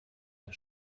der